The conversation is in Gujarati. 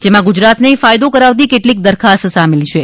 જેમાં ગુજરાતને ફાયદો કરાવતી કેટલીક દરખાસ્ત સામેલ છે